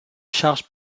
charges